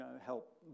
help